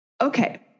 Okay